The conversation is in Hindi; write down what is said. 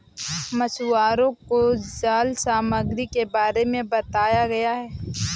मछुवारों को जाल सामग्री के बारे में बताया गया